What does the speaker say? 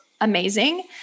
amazing